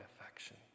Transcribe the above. affection